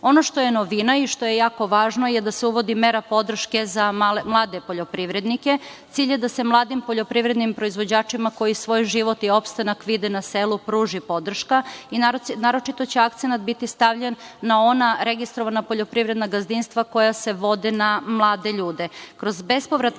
što je novina i što je jako važno je da se uvodi mera podrške za mlade poljoprivrednike. Cilj je da se mladim poljoprivrednim proizvođačima koji svoj život i opstanak vide na selu pruži podrška. Naročito će akcenat biti stavljen na ona registrovana poljoprivredna gazdinstva koja se vode na mlade ljude. Kroz